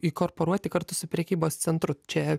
įkorporuoti kartu su prekybos centru čia